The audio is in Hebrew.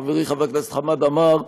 חברי חבר הכנסת חמד עמאר,